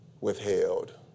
withheld